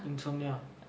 insomnia